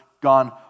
gone